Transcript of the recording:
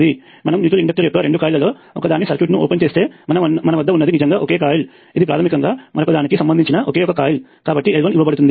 మనం mutual inductor యొక్క రెండు కాయిల్ లలో ఒకదాని సర్క్యూట్ ని ఓపెన్ చేస్తే మన వద్ద ఉన్నది నిజంగా ఒకే కాయిల్ ఇది ప్రాథమికంగా మరొకదానికి సంబందించిన ఒక ఒకే కాయిల్ కాబట్టి L1 ఇవ్వబడుతుంది